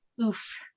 Oof